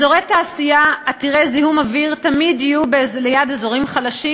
אזורי תעשייה עתירי זיהום אוויר תמיד יהיו ליד אזורים חלשים.